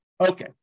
Okay